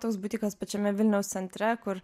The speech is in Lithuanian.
toks butikas kad pačiame vilniaus centre kur